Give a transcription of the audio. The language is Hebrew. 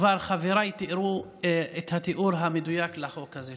כבר מחבריי תיארו את התיאור המדויק לחוק הזה.